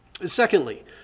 Secondly